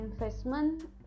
investment